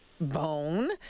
bone